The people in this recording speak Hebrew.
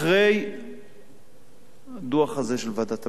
אחרי הדוח הזה של ועדת הבדיקה.